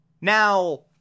Now